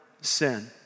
sin